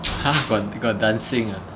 !huh! got got dancing ah